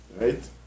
Right